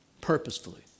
Purposefully